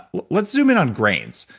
let's zoom in on grains.